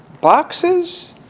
boxes